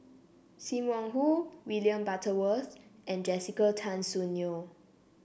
Sim Wong Hoo William Butterworth and Jessica Tan Soon Neo